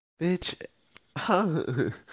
Bitch